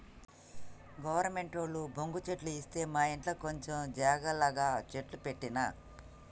గవర్నమెంటోళ్లు బొంగు చెట్లు ఇత్తె మాఇంట్ల కొంచం జాగల గ చెట్లు పెట్టిన